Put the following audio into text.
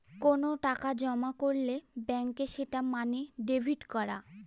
কোনো টাকা জমা করলে ব্যাঙ্কে সেটা মানে ডেবিট করা